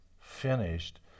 finished